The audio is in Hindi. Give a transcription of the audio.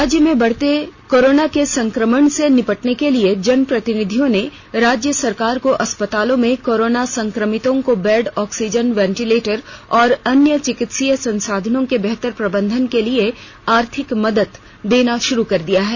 राज्य में बढ़ते कोरोना के संक्रमण से निपटने के लिए जनप्रतिधिनियों ने राज्य सरकार को अस्पतालों में कोरोना संक्रमितों को बेड ऑक्सीजन वेंटिलेटर और अन्य चिकित्सीय संसाधनों के बेहतर प्रबंधन के लिए आर्थिक मदद देना शुरू कर दिया है